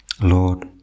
Lord